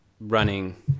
running